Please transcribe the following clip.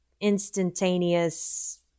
instantaneous